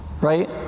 Right